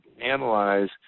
analyze